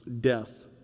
death